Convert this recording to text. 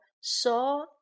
saw